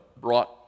brought